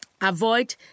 avoid